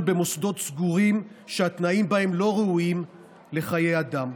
במוסדות סגורים שהתנאים בהם לא ראויים לחיי אדם.